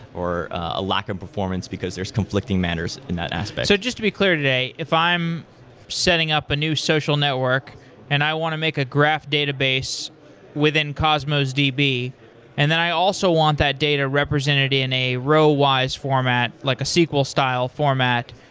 or a lack of performance because there's conflicting matters in that aspect. so just to be clear today, if i'm setting up a new social network and i want to make a graph database within cosmos db and then i also want that data represented in a row-wise format, like a sql style format,